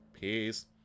Peace